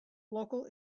local